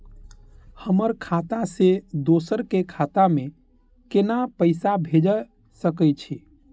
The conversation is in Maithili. हमर खाता से दोसर के खाता में केना पैसा भेज सके छे?